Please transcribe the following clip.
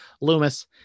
Loomis